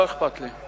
לא אכפת לי.